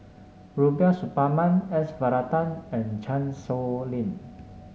Rubiah Suparman S Varathan and Chan Sow Lin